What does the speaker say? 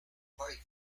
party